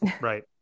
Right